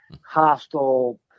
hostile